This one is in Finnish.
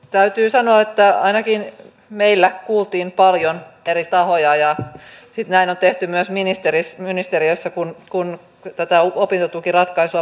täytyy sanoa että ainakin meillä kuultiin paljon eri tahoja ja näin on tehty myös ministeriössä kun tätä opintotukiratkaisua pohdittiin